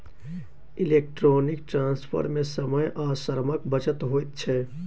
electronic transfer मे समय आ श्रमक बचत होइत छै